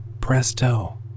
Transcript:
presto